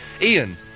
Ian